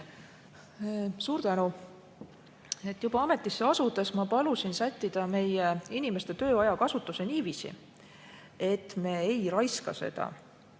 Suur tänu! Juba ametisse asudes ma palusin sättida meie inimeste töise ajakasutuse nii, et me ei raiskaks seda